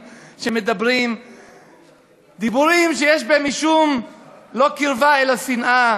שמדברים דיבורים שיש בהם לא משום קרבה אלא שנאה,